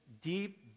deep